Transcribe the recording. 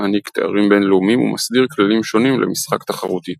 מעניק תארים בינלאומיים ומסדיר כללים שונים למשחק תחרותי.